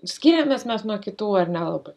skiriamės mes nuo kitų ar nelabai